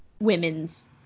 women's